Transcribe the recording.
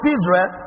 Israel